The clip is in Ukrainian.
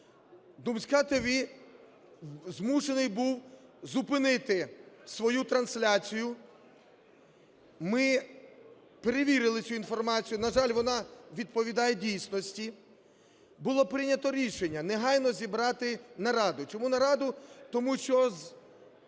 "Думская ТВ" змушений був зупинити свою трансляцію. Ми перевірили цю інформацію, на жаль, вона відповідає дійсності. Було прийнято рішення негайно зібрати нараду. Чому нараду? Тому що